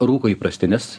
rūko įprastines